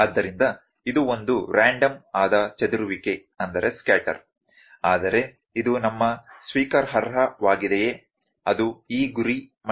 ಆದ್ದರಿಂದ ಇದು ಒಂದು ರ್ಯಾಂಡಮ್ ಆದ ಚದುರುವಿಕೆ ಆದರೆ ಇದು ನಮ್ಮ ಸ್ವೀಕಾರಾರ್ಹವಾಗಿದೆ ಅದು ಈ ಗುರಿ ಮಂಡಳಿಯಲ್ಲಿದೆ